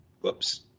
Whoops